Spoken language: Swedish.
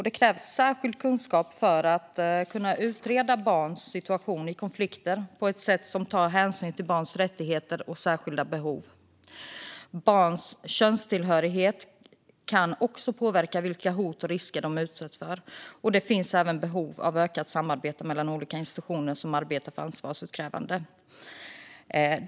Det krävs särskild kunskap för att utreda barns situation i konflikter på ett sätt som tar hänsyn till barns rättigheter och särskilda behov. Barns könstillhörighet kan också påverka vilka hot och risker de utsätts för. Det finns även behov av ökat samarbete mellan olika institutioner som arbetar för ansvarsutkrävande.